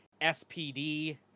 SPD